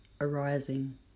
arising